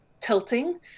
tilting